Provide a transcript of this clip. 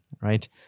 right